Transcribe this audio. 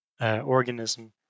organism